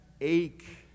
ache